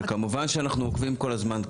וכמובן שאנחנו עוקבים כל הזמן.